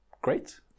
great